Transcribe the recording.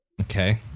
Okay